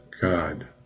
God